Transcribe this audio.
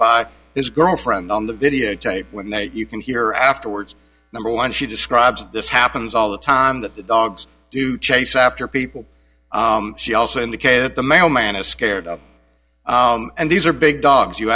by his girlfriend on the video tape when that you can hear afterwards number one she describes this happens all the time that the dogs do chase after people she also indicated the mailman is scared of and these are big dogs you